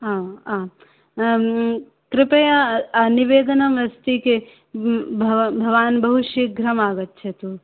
आ आम् कृपया आ निवेदनमस्ति कि भव भवान् बहुशीघ्रम् आगच्छतु